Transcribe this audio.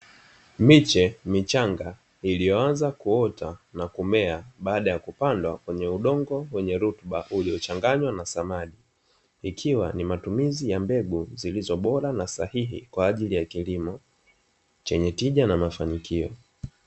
Miche michanga iliyoanza kuota na kumea baada ya kupandwa kwenye udongo wenye rutuba uliochanganywa na samadi, ikiwa ni matumizi ya mbegu zilizo bora na sahihi kwa ajili ya kilimo chenye tija na mafanikio.